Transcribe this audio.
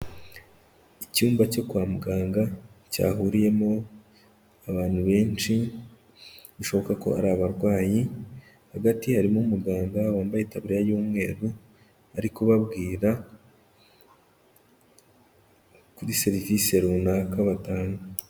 Icyumba cyo kwa muganga cyahuriyemo abantu benshi, bishoboka ko ari abarwayi, hagati harimo umuganga wambaye itaburiya y'umweru, ari kubabwira kuri serivisi runaka batanga.